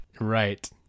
Right